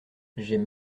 j’aime